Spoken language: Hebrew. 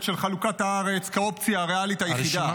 של חלוקת הארץ כאופציה הריאלית היחידה.